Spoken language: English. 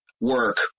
work